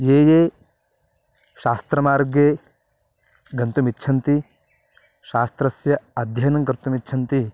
ये ये शास्त्रमार्गे गन्तुमिच्छन्ति शास्त्रस्य अध्ययनं कर्तुमिच्छन्ति